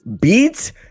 beats